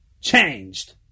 Changed